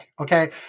Okay